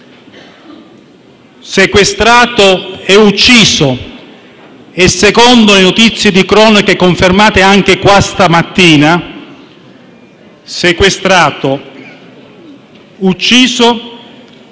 sequestrato e ucciso;